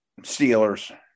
Steelers